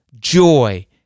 joy